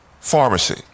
pharmacy